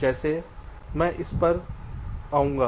जैसे मैं इस पर आऊँगा